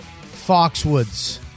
Foxwoods